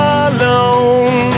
alone